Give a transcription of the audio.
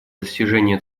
достижения